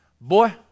Boy